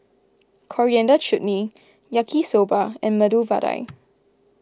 Coriander Chutney Yaki Soba and Medu Vada